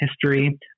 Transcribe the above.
history